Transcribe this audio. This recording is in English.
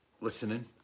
listening